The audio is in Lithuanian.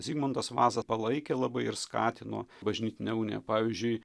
zigmantas vaza palaikė labai ir skatino bažnytinę uniją pavyzdžiui